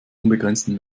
unbegrenzten